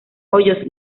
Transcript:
hoyos